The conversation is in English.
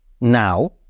now